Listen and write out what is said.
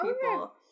people